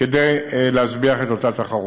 כדי להשביח את התחרות.